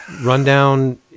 rundown